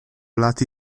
lati